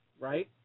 right